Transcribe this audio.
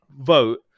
vote